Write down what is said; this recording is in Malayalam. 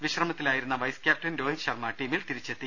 വിശ്രമത്തിലായിരുന്ന വൈസ് ക്യാപ്റ്റൻ രോഹിത് ശർമ്മ ടീമിൽ തിരിച്ചെത്തി